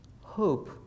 hope